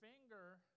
finger